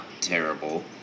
terrible